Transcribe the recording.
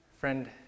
Friend